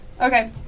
Okay